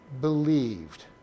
believed